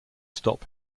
stop